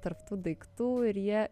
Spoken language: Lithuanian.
tarp tų daiktų ir jie